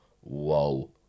whoa